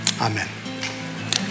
Amen